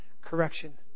correction